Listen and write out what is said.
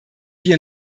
wir